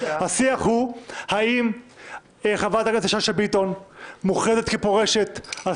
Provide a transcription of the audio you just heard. השיח הוא האם חברת הכנסת שאשא ביטון מוכרזת כפורשת על